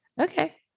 Okay